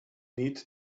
need